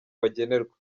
bagenerwa